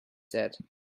said